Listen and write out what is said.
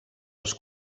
els